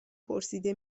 پرسیده